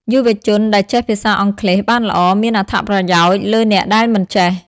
យុវជនដែលចេះភាសាអង់គ្លេសបានល្អមានអត្ថប្រយោជន៍លើអ្នកដែលមិនចេះ។